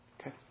Okay